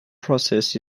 process